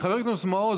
חבר הכנסת מעוז,